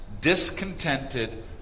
discontented